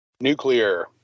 Nuclear